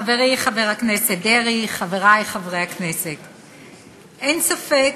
חברי חבר הכנסת דרעי, אין ספק